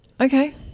Okay